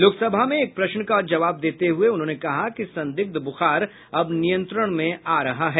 लोकसभा में एक प्रश्न का जवाब देते हुए उन्होंने कहा कि संदिग्ध ब्रखार अब नियंत्रण में आ रहा है